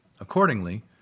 Accordingly